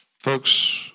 folks